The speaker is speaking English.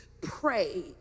pray